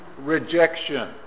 rejection